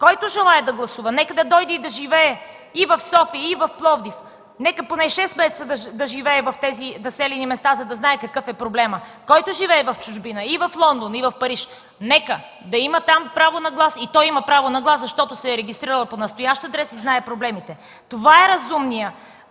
Който желае да гласува, нека да дойде да живее и в София, и в Пловдив, поне 6 месеца да живее в тези населени места, за да знае какъв е проблемът. Който живее в чужбина – и в Лондон, и в Париж – нека да има там право на глас, и той има право на глас, защото се е регистрирал по настоящ адрес и знае проблемите. Това е разумният